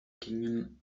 gingen